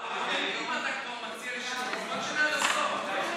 אם כבר אתה מציע שינוי, אז בוא נשנה עד הסוף.